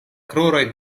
kruroj